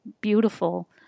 beautiful